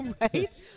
right